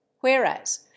whereas